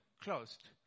closed